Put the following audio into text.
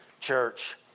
church